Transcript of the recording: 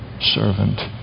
servant